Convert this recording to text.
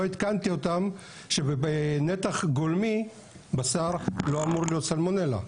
לא עדכנתי אותם שבנתח גולמי בשר לא אמור להיות סלמונלה.